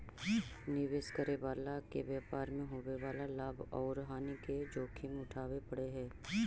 निवेश करे वाला के व्यापार मैं होवे वाला लाभ औउर हानि के जोखिम उठावे पड़ऽ हई